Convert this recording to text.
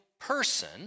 person